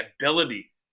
ability